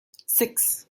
six